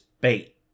bait